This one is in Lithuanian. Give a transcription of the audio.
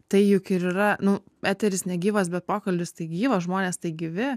tai juk ir yra nu eteris negyvas bet pokalbis tai gyvas žmonės tai gyvi